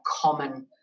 common